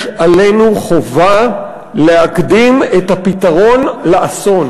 יש עלינו חובה להקדים את הפתרון לאסון.